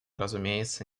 разумеется